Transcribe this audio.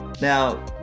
Now